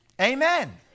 Amen